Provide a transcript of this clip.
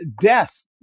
death